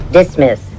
Dismiss